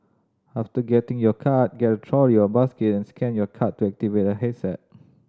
after getting your card get a trolley or basket and scan your card to activate a handset